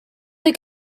they